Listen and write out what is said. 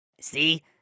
See